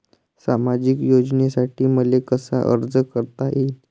सामाजिक योजनेसाठी मले कसा अर्ज करता येईन?